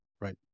Right